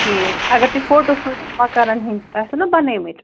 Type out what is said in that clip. ٹھیٖک اگر تُہۍ فوٹو سوٗزِو مکانن ہِنٛدۍ آسوٕ نہٕ بَنٲومٕتۍ